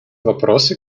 вопросы